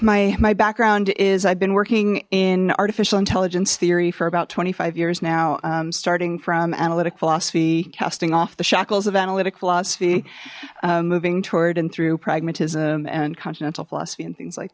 my my background is i've been working in artificial intelligence theory for about twenty five years now starting from analytic philosophy casting off the shackles of analytic philosophy moving toward and through pragmatism and continental philosophy and things like